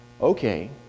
Okay